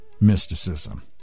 mysticism